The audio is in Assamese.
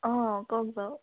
অঁ কওক বাৰু